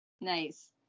Nice